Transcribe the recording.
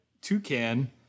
toucan